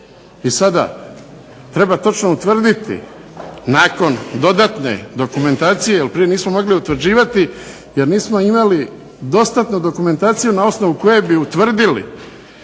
I sada treba točno utvrdili nakon dodatne dokumentacije jer prije nismo mogli utvrđivati jer nismo imali dostatnu dokumentaciju na osnovu koje bi utvrdili